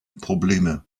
probleme